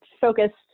focused